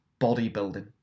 bodybuilding